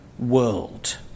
world